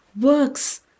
works